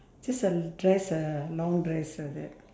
just a dress a long dress like that